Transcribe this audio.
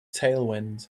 tailwind